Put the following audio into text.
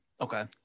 Okay